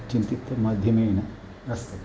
चिन्तित् माध्यमेन अस्